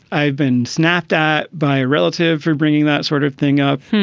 i've been snapped at by a relative for bringing that sort of thing up.